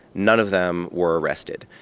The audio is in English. none of them were arrested,